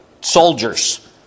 soldiers